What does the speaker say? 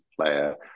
player